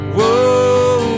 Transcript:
Whoa